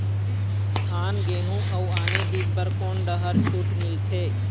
धान गेहूं अऊ आने बीज बर कोन डहर छूट मिलथे?